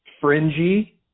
fringy